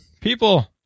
People